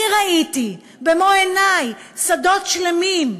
אני ראיתי במו-עיני שדות שלמים,